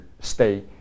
stay